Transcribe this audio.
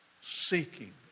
seeking